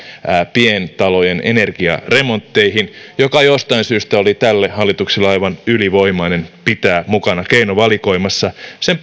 pientalojen energiaremontteihin joka jostain syystä oli tälle hallitukselle aivan ylivoimainen pitää mukana keinovalikoimassa sen